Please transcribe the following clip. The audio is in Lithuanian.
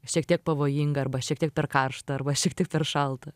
šiek tiek pavojinga arba šiek tiek per karšta arba šiek tiek per šalta